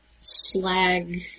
Slag